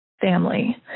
family